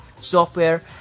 software